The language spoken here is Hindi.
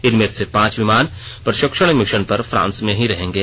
इनमें से पांच विमान प्रशिक्षण मिशन पर फ्रांस में ही रहेंगे